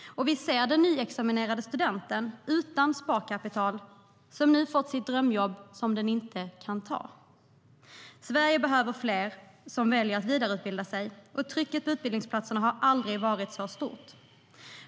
Och vi ser den nyutexaminerade studenten, utan sparkapital, som fått sitt drömjobb men inte kan ta det. Sverige behöver fler som väljer att vidareutbilda sig, och trycket på utbildningsplatser har aldrig tidigare varit så stort.